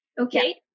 okay